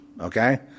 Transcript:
Okay